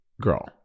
Girl